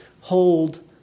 hold